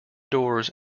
doors